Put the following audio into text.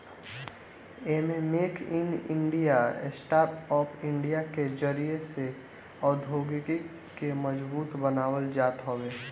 एमे make in India, startup India के जरिया से औद्योगिकी के मजबूत बनावल जात हवे